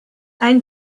ein